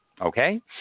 Okay